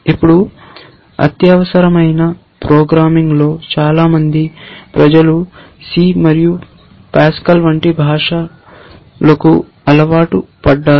ఇప్పుడు అత్యవసరమైన ప్రోగ్రామింగ్లో చాలా మంది ప్రజలు C మరియు పాస్కల్ వంటి భాషలకు అలవాటు పడ్డారు